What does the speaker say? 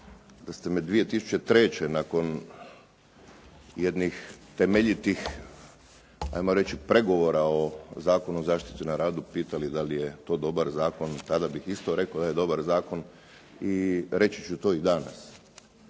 Da ste me 2003. nakon jednih temeljitih, hajmo reći pregovora o Zakonu o zaštiti na radu pitali da li je to dobar zakon, tada bih isto rekao da je dobar zakon i reći ću to i danas